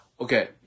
Okay